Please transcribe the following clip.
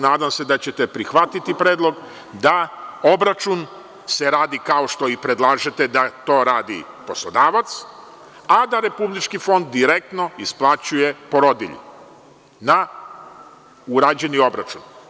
Nadam se da ćete prihvatiti predlog da obračun radi, kao što i predlažete da to radi poslodavac, a da Republički fond direktno isplaćuje porodilje na urađeni obračun.